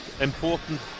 important